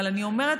אבל אני אומרת: